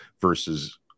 versus